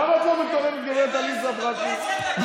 למה את לא מתלוננת, גב' עליזה בראשי?